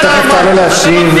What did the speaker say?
תכף תעלה להשיב.